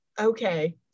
Okay